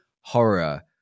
horror